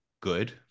good